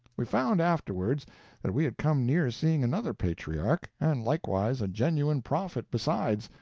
we found afterwards that we had come near seeing another patriarch, and likewise a genuine prophet besides,